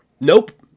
Nope